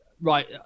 right